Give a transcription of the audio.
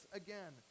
again